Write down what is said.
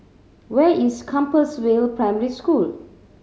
where is Compassvale Primary School